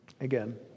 again